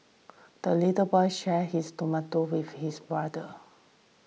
the little boy shared his tomato with his brother